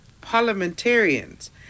parliamentarians